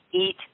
eat